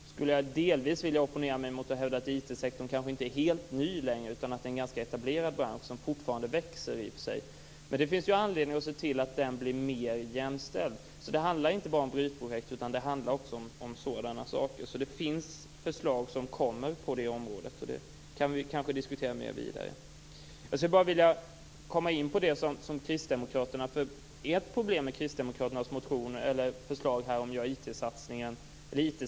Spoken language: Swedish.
Jag skulle delvis vilja opponera mig när det gäller IT-sektorn och säga att den kanske inte längre är helt ny. Det är en ganska etablerad bransch, även om den i och för sig fortfarande växer. Det finns dock anledning att se till att den blir mer jämställd. Det handlar alltså inte bara om brytprojekt. Det kommer förslag på detta område, och dem kan vi kanske diskutera vidare. Det finns ett problem med kristdemokraternas förslag att göra IT-sektorn jämställd.